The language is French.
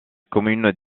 commune